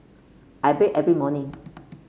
I bathe every morning